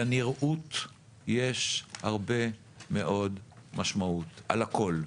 לנראות יש הרבה מאוד משמעות, על הכול.